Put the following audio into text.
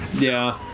yeah.